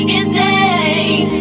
insane